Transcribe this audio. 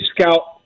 scout